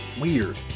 weird